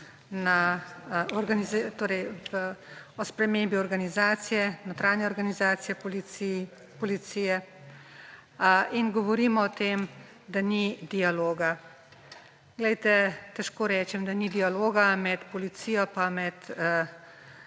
o spremembi notranje organizacije policije in govorimo o tem, da ni dialoga. Težko rečem, da ni dialoga med policijo pa med